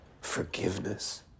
Forgiveness